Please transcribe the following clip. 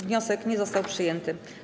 Wniosek nie został przyjęty.